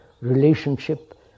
relationship